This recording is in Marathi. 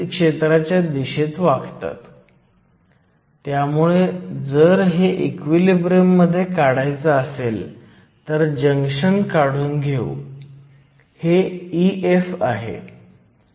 3 x 10 7 m येते किंवा जर तुम्हाला नॅनोमीटरमध्ये लिहायचे असेल तर ते 130 नॅनोमीटर असते